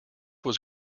was